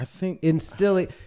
instilling